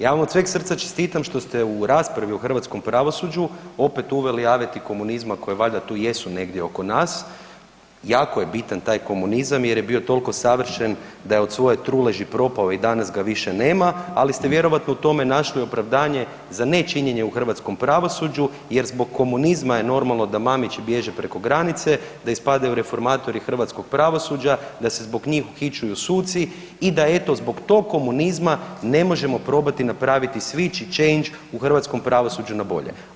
Ja vam od sveg srca čestitam što ste u raspravi o hrvatskom pravosuđu opet uveli aveti komunizma koje valjda tu jesu negdje oko nas, jako je bitan taj komunizam jer je bio toliko savršen da je od svoje truleži proprao i danas ga više nema, ali ste vjerojatno u tome našli opravdanje za nečinjenje u hrvatskom pravosuđu jer zbog komunizma je normalno da Mamići bježe preko granice, da ispadaju reformatori hrvatskog pravosuđa, da se zbog njih uhićuju suci i da eto zbog tog komunizma ne možemo napraviti switch i change u hrvatskom pravosuđu na bolje.